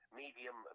medium